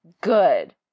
good